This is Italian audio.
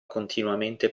continuamente